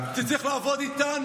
זה צריך לעבוד איתנו.